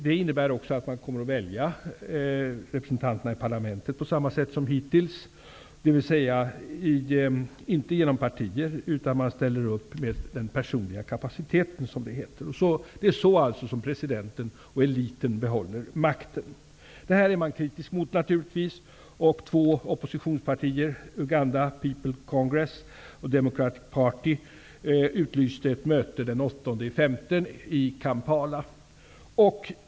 Det innebär också att man kommer att välja representanterna i parlamentet på samma sätt som hittills, dvs. inte genom partier, utan man ställer upp med den personliga kapaciteten, som det heter. Det är så presidenten och eliten behåller makten. Detta är man kritisk emot, naturligtvis. Två oppositionspartier, Uganda People Congress och Kampala.